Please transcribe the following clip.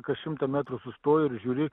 kas šimtą metrų sustoji ir žiūri